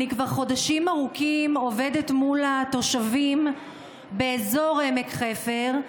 כבר חודשים ארוכים אני עובדת מול התושבים באזור עמק חפר.